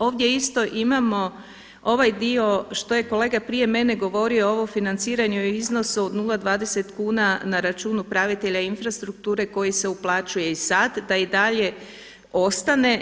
Ovdje isto imamo ovaj dio što je kolega prije mene govorio ovo financiranje u iznosu od 0,20 kuna na računu upravitelja infrastrukture koji se uplaćuje i sad da i dalje ostane.